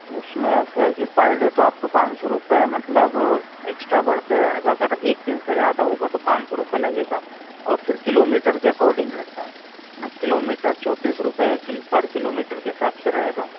उसमें ऐसा है कि पर डे तो आपको पाँच सौ रुपये मतलब एक्स्ट्रा पड़ते हैं आएगा अगर एक दिन से ज़्यादा होगा तो पान सौ रूपए लगेगा और फिर किलोमीटर के अकॉर्डिंग रहता है है ना किलोमीटर चौंतीस रुपये पर किलोमीटर के हिसाब से रहेगा